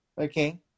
okay